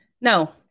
No